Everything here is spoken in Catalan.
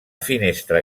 finestra